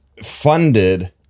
funded